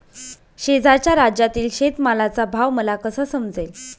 शेजारच्या राज्यातील शेतमालाचा भाव मला कसा समजेल?